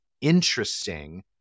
interesting